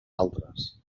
altres